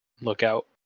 lookout